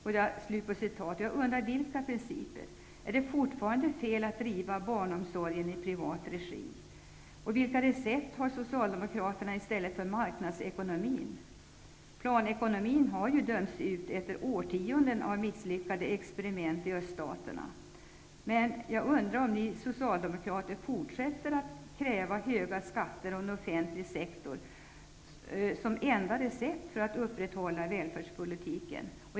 Vilka principer? Är det fortfarande fel att driva barnomsorg i privat regi? Och vilka recept har Socialdemokraterna som alternativ till marknadsekonomin? Planekonomin har ju dömts ut efter årtionden av misslyckade experiment i öststaterna. Men ni socialdemokrater fortsätter att kräva höga skatter och en offentlig sektor som det enda receptet när det gäller att upprätthålla välfärdspolitiken.